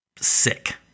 sick